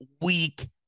week